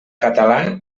català